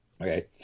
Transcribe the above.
okay